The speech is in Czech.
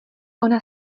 ona